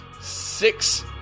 six